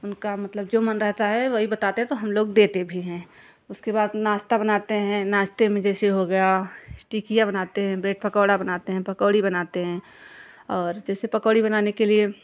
उनका मतलब जो मन रहता है वही बताते तो हम लोग देते भी है उसके बाद नाश्ता बनाते हैं नाश्ते में जैसे हो गया टिकिया बनाते हैं ब्रेड पकोड़ा बनाते हैं पकोड़ी बनाते हैं और जैसे पकोड़ी बनाने के लिए